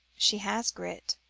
she has grit,